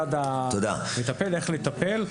מצד המטפל איך לטפל,